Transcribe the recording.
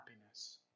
happiness